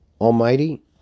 Almighty